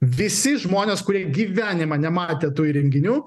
visi žmonės kurie gyvenimą nematė tų įrenginių